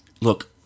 look